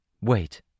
Wait